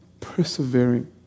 persevering